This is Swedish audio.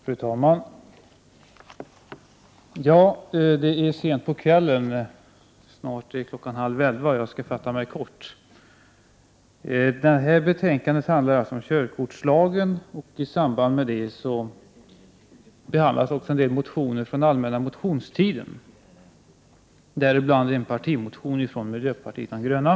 Fru talman! Det är sent på kvällen varför jag skall fatta mig kort. Betänkandet handlar om ändringar i körkortslagen, och samtidigt behandlas en del motioner från allmänna motionstiden, däribland en partimotion från miljöpartiet de gröna.